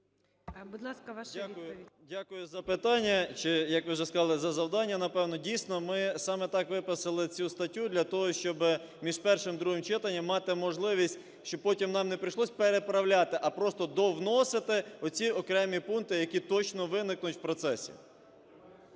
дякую за питання, чи, як ви вже сказали, за завдання, напевно. Дійсно, ми саме так виписали цю статтю для того, щоби між першим і другим читанням мати можливість, щоб потім нам не прийшлося переправляти, а просто довносити оці окремі пункти, які точно виникнуть в процесі.